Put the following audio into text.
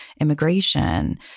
immigration